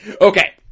Okay